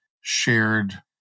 shared